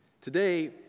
Today